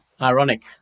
ironic